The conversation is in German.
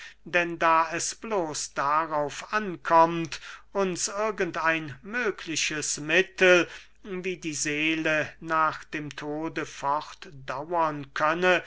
denn da es bloß darauf ankommt uns irgend ein mögliches mittel wie die seele nach dem tode fortdauern könne